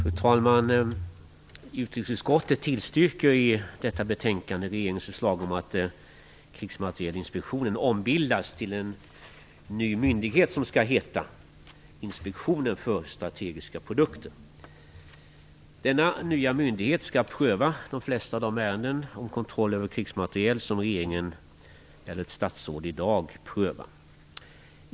Fru talman! Utrikesutskottet tillstyrker i detta betänkande regeringens förslag om att Krigsmaterielinspektionen ombildas till en ny myndighet som skall heta Inspektionen för strategiska produkter. Denna nya myndighet skall pröva de flesta av de ärenden om kontroll över krigsmateriel som regeringen, eller ett statsråd, i dag prövar.